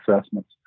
assessments